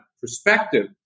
perspective